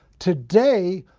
today,